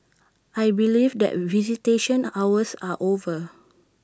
I believe that visitation hours are over